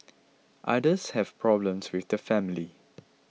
others have problems with the family